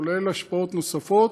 כולל השפעות נוספות,